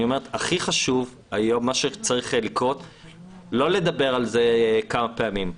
הכי חשוב זה לא לדבר על זה כמה פעמים.